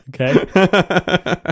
Okay